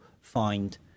find